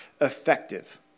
effective